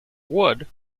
wood